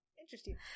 interesting